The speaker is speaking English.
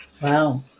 Wow